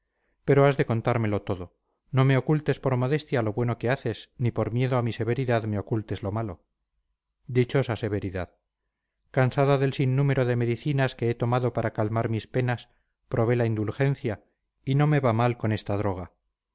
pero has de contármelo todo no me ocultes por modestia lo bueno que haces ni por miedo a mi severidad me ocultes lo malo dichosa severidad cansada del sinnúmero de medicinas que he tomado para calmar mis penas probé la indulgencia y no me va mal con esta droga